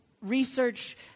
research